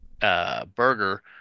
burger –